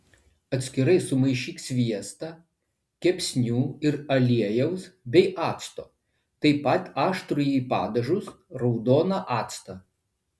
atskirai sumaišyk sviestą kepsnių ir aliejaus bei acto taip pat aštrųjį padažus raudoną actą